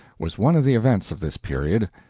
was one of the events of this period.